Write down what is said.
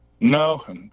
No